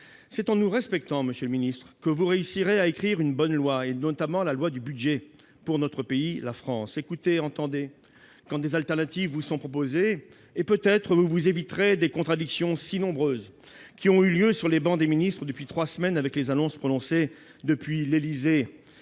C'est en nous respectant, monsieur le ministre, que vous réussirez à écrire une bonne loi, et notamment celle du budget, pour notre pays, la France. Écoutez, entendez, quand des alternatives vous sont proposées, et vous éviterez peut-être ces contradictions si nombreuses entendues au banc des ministres depuis trois semaines au rythme des annonces faites depuis l'Élysée